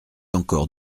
encore